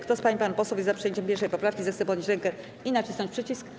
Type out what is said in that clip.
Kto z pań i panów posłów jest za przyjęciem 1. poprawki, zechce podnieść rękę i nacisnąć przycisk.